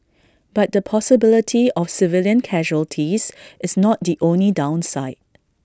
but the possibility of civilian casualties is not the only downside